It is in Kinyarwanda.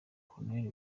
col